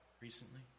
recently